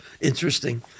interesting